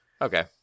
Okay